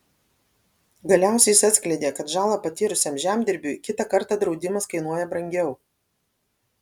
galiausiai jis atskleidė kad žalą patyrusiam žemdirbiui kitą kartą draudimas kainuoja brangiau